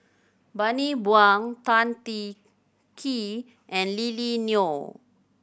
Bani Buang Tan Teng Kee and Lily Neo